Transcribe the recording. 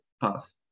path